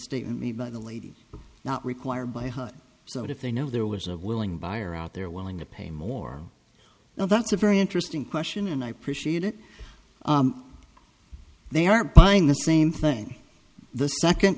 statement made by the lady not required by hut so if they know there was a willing buyer out there willing to pay more now that's a very interesting question and i appreciate it they are buying the same thing the second